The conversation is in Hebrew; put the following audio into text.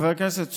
חבר הכנסת סופר,